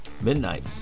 Midnight